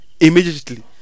immediately